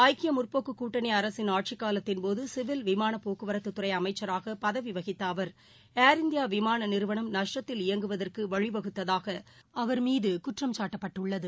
ஐக்கியமுற்போக்குக் கூட்டணிஅரசின் ஆட்சிக்காலத்தின்போதுசிவில் விமானபோக்குவரத்துத் துறைஅமைச்சராகபதவிவகித்தஅவர் இண்டியாவிமானநிறுவனம் ள் நஷ்டத்தில் இயங்குவதற்குவழிவகுத்ததாகஅவர் மீதுகுற்றம்சாட்டப்பட்டுள்ளது